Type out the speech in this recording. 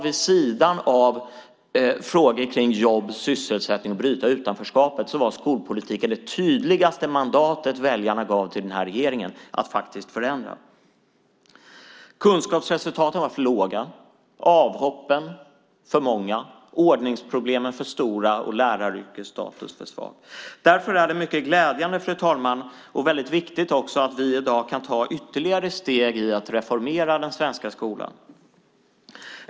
Vid sidan av frågor om jobb och sysselsättning och om att bryta utanförskapet var skolpolitiken det tydligaste mandat väljarna gav till den här regeringen för förändring. Kunskapsresultaten var för låga, avhoppen för många, ordningsproblemen för stora och läraryrkets status för svag. Därför är det mycket glädjande och viktigt, fru talman, att vi i dag kan ta ytterligare steg för att reformera den svenska skolan.